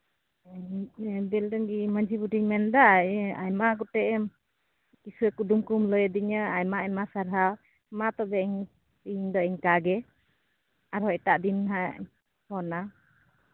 ᱵᱮᱞᱰᱟᱝᱜᱤ ᱢᱟᱹᱡᱷᱤ ᱵᱩᱰᱷᱤᱢ ᱢᱮᱱᱫᱟ ᱟᱭᱢᱟ ᱜᱚᱴᱮᱡ ᱮᱢ ᱠᱤᱥᱟᱹ ᱠᱩᱫᱩᱢ ᱠᱚᱢ ᱞᱟᱹᱭ ᱟᱫᱤᱧᱟ ᱟᱭᱢᱟ ᱟᱭᱢᱟ ᱥᱟᱨᱦᱟᱣ ᱢᱟ ᱛᱚᱵᱮ ᱤᱧᱫᱚ ᱤᱱᱠᱟᱹᱜᱮ ᱟᱨᱦᱚᱸ ᱮᱴᱟᱜ ᱫᱤᱱ ᱦᱟᱸᱜ ᱯᱷᱳᱱᱟ